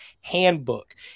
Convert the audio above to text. Handbook